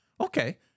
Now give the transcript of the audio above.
Okay